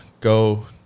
go